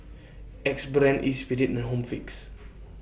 Axe Brand Espirit and Home Fix